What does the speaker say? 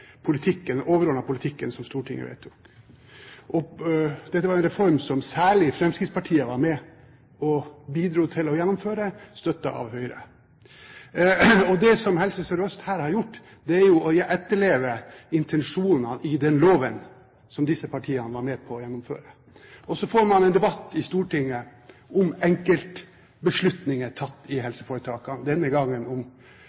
politikken som Stortinget vedtok. Dette var en reform som særlig Fremskrittspartiet var med på å bidra til å gjennomføre, støttet av Høyre. Det som Helse Sør-Øst her har gjort, er å etterleve intensjonene i den loven som disse partiene var med på å gjennomføre. Så får man en debatt i Stortinget om enkeltbeslutninger tatt i helseforetakene, denne gangen om